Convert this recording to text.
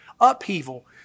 upheaval